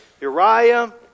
Uriah